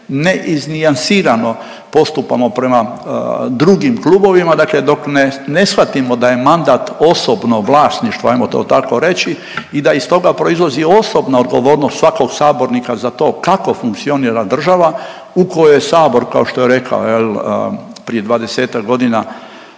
neiznijansirano postupamo prema drugim klubovima dakle dok ne, ne shvatimo da je mandat osobno vlasništvo ajmo to tako reći i da iz toga proizlazi osobna odgovornost svakog sabornika za to kako funkcionira država, u kojoj je sabor kao što je rekao jel, prije 20-ak godina